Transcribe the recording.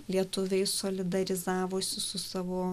lietuviai solidarizavosi su savo